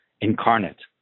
incarnate